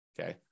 okay